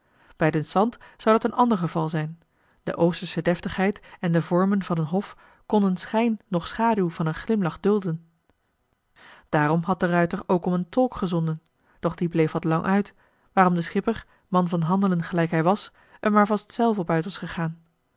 bij den sant zou dat een ander geval zijn de oostersche deftigheid en de vormen van een hof konden schijn noch schaduw van een glimlach dulden daarom had de ruijter ook om een tolk gezonden doch die bleef wat lang uit waarom de schipper man van handelen gelijk hij was er maar vast zelf op uit was gegaan